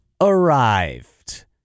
arrived